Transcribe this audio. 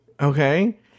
Okay